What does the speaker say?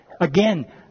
Again